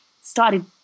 started